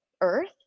earth